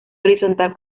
horizontal